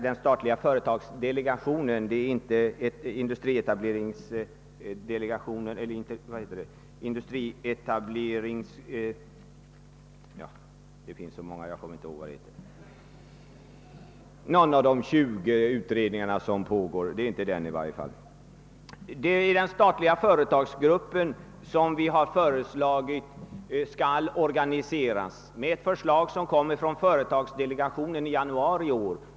Den statliga företagsdelegationen har i januari detta år föreslagit en organisation för den statliga företagsgruppen — det gäller inte som herr Stridsman sade delegationen för statlig industrietablering.